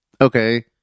Okay